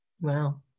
Wow